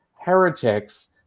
heretics